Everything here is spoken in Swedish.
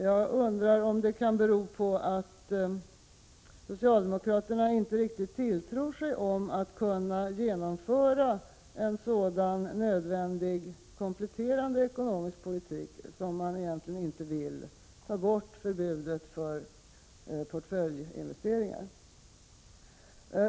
Jag undrar om det kan bero på att socialdemokraterna inte riktigt tilltror sig att kunna genomföra en sådan nödvändig kompletterande ekonomisk politik och att de därför inte vill ta bort förbudet mot portföljinvesteringar.